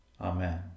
Amen